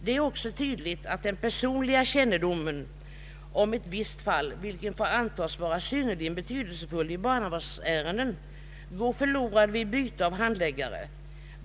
Det är också tydligt att den personliga kännedomen om ett visst fall — vilken får antas vara synnerligen betydelsefull i barnavårdsärenden — går förlorad vid byte av handläggare.